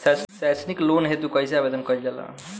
सैक्षणिक लोन हेतु कइसे आवेदन कइल जाला?